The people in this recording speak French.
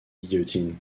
guillotine